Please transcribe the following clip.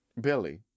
Billy